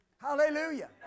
Hallelujah